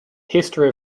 history